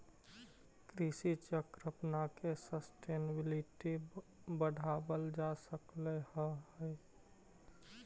कृषि चक्र अपनाके सस्टेनेबिलिटी बढ़ावल जा सकऽ हइ